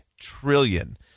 Trillion